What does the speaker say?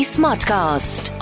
Smartcast